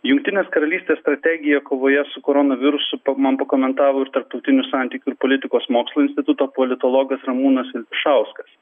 jungtinės karalystės strategija kovoje su koronavirusu man pakomentavo ir tarptautinių santykių ir politikos mokslų instituto politologas ramūnas vilpišauskas